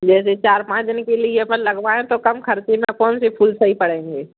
जैसे चार पाँच दिन के लिए अपन लगवाएँ तो कम खर्चे में कौन से फूल सही पड़ेंगे